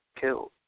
killed